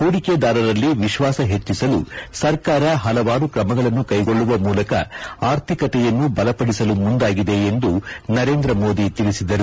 ಹೂಡಿಕೆದಾರರಲ್ಲಿ ವಿಶ್ವಾಸ ಹೆಚ್ಚಿಸಲು ಸರ್ಕಾರ ಪಲವಾರು ಕ್ರಮಗಳನ್ನು ಕೈಗೊಳ್ಳುವ ಮೂಲಕ ಆರ್ಥಿಕತೆಯನ್ನು ಬಲಪಡಿಸಲು ಮುಂದಾಗಿದೆ ಎಂದು ನರೇಂದ್ರ ಮೋದಿ ತಿಳಿಸಿದರು